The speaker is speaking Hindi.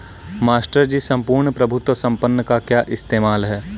मास्टर जी सम्पूर्ण प्रभुत्व संपन्न का क्या इस्तेमाल है?